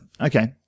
okay